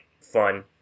fun